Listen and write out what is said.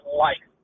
life